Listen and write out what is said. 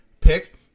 pick